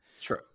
True